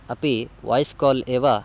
अपि voice call एव